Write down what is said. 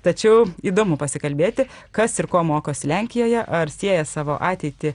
tačiau įdomu pasikalbėti kas ir ko mokosi lenkijoje ar sieja savo ateitį